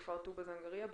בכפר טובא-זנגרייה,